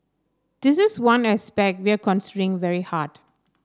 this is one aspect we are considering very hard